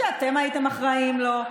כשאתם הייתם אחראים לו,